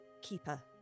keeper